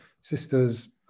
sisters